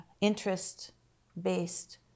interest-based